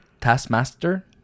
Taskmaster